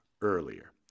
earlier